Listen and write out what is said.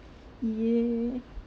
yeah